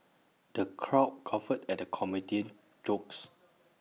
the crowd guffawed at the comedian's jokes